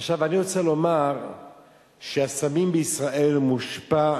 עכשיו אני רוצה לומר שהסמים בישראל מושפעים